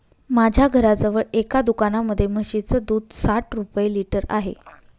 माझ्या घराजवळ एका दुकानामध्ये म्हशीचं दूध साठ रुपये लिटर आहे